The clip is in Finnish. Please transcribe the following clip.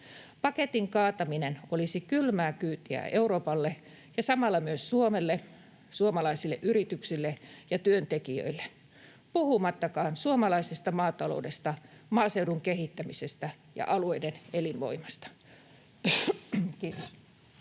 Paketin kaataminen olisi kylmää kyytiä Euroopalle ja samalla myös Suomelle, suomalaisille yrityksille ja työntekijöille, puhumattakaan suomalaisesta maataloudesta, maaseudun kehittämisestä ja alueiden elinvoimasta. — Kiitos.